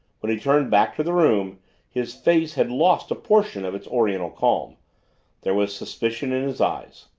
when he turned back to the room his face had lost a portion of its oriental calm there was suspicion in his eyes.